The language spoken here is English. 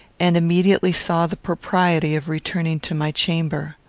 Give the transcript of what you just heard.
and immediately saw the propriety of returning to my chamber.